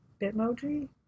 Bitmoji